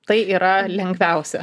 tai yra lengviausia